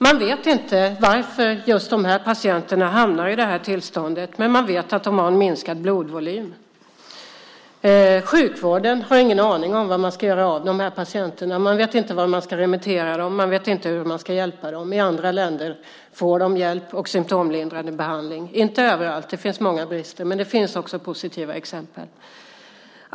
Man vet inte varför just de här patienterna hamnar i det här tillståndet, men man vet att de har en minskad blodvolym. I sjukvården har man ingen aning om var man ska göra av dessa patienter. Man vet inte vart man ska remittera dem, och man vet inte hur man ska hjälpa dem. I andra länder får de hjälp och symtomlindrande behandling. Så är det kanske inte överallt - det finns många brister - men det finns många positiva exempel.